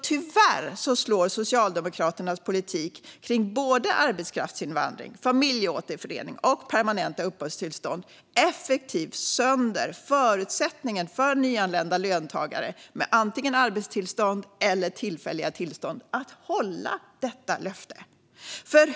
Tyvärr slår Socialdemokraternas politik för både arbetskraftsinvandring, familjeåterförening och permanenta uppehållstillstånd effektivt sönder förutsättningen för nyanlända löntagare med antingen arbetstillstånd eller tillfälliga tillstånd att hålla det löftet.